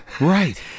Right